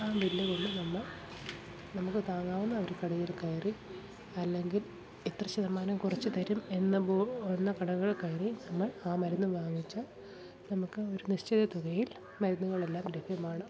ആ ബില്ല് കൊണ്ട് നമ്മൾ നമുക്ക് താങ്ങാവുന്ന ഒരു കടയിൽ കയറി അല്ലെങ്കിൽ ഇത്ര ശതമാനം കുറച്ചു തരും എന്ന് എന്ന കടകൾ കയറി നമ്മൾ ആ മരുന്നും വാങ്ങിച്ചാൽ നമുക്ക് ഒരു നിശ്ചിത തുകയിൽ മരുന്നുകളെല്ലാം ലഭ്യമാണ്